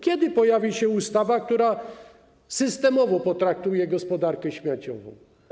Kiedy pojawi się ustawa, która systemowo potraktuje gospodarkę śmieciową?